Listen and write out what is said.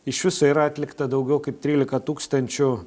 iš viso yra atlikta daugiau kaip trylika tūkstančių